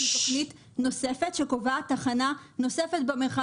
שהיא תוכנית נוספת שקובעת תחנה נוספת במרחב.